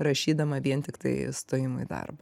rašydama vien tiktai stojimui darbą